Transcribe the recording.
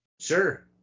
Sure